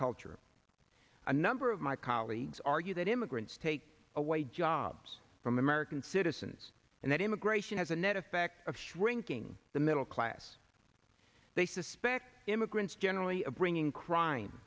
culture a number of my colleagues argue that immigrants take away jobs from american citizens and that immigration has a net effect of shrinking the middle class they suspect immigrants generally bringing crime